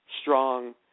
strong